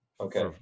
okay